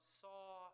saw